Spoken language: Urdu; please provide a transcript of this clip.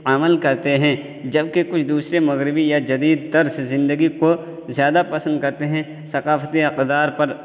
عمل کرتے ہیں جبکہ کچھ دوسرے مغربی یا جدید طرزِ زندگی کو زیادہ پسند کرتے ہیں ثقافتی اقدار پر